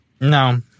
No